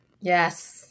Yes